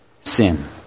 sin